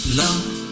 love